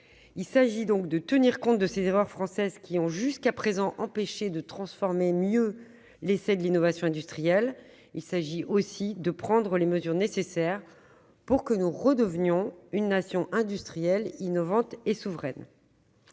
Il s'agit de tenir compte des « erreurs françaises » qui ont jusqu'à présent empêché de transformer mieux l'essai de l'innovation industrielle, ainsi que de prendre les mesures nécessaires pour que la France redevienne une nation industrielle innovante et souveraine.